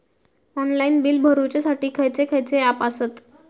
Online bill भरुच्यासाठी खयचे खयचे ऍप आसत?